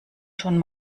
schon